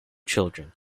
children